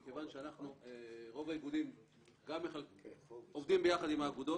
מכיוון שרוב האיגודים עובדים ביחד עם האגודות,